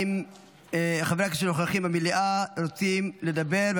האם חברי הכנסת שנוכחים במליאה רוצים לדבר?